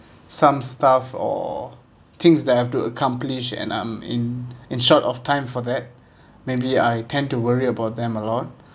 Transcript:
some stuff or things that I have to accomplish and I'm in in short of time for that maybe I tend to worry about them a lot